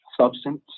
substance